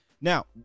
Now